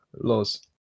laws